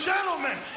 gentlemen